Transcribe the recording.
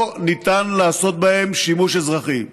לא ניתן לעשות בהם שימוש אזרחי.